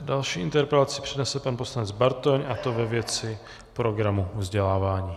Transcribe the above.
Další interpelaci přednese pan poslanec Bartoň, a to ve věci programu vzdělávání.